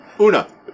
Una